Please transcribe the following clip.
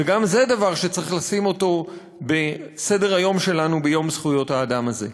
וגם זה דבר שצריך לשים אותו על סדר-היום שלנו ביום זכויות האדם הזה.